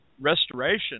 restoration